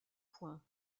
points